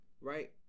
right